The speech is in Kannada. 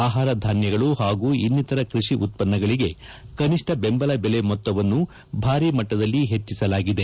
ಆಹಾರ ಧಾನ್ಯಗಳು ಹಾಗೂ ಇನ್ನಿತರ ಕೃಷಿ ಉತ್ಪನ್ನಗಳಿಗೆ ಕನಿಷ್ಠ ಬೆಂಬಲ ಬೆಲೆ ಮೊತ್ತವನ್ನು ಭಾರಿ ಮಟ್ಟದಲ್ಲಿ ಹೆಚ್ಚಿಸಲಾಗಿದೆ